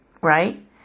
right